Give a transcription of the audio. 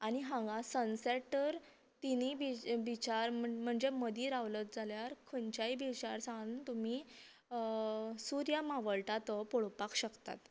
आनी हांगा सनसेट तर तिनीय बी बिचा म्हणजे मदीं रावलो जाल्यार खंयच्याय बिचार सान तुमी सुर्य मावळटा तो पळोपाक शकता